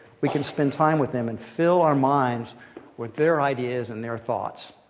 we can spend time with them and fill our minds with their ideas and their thoughts.